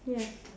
ya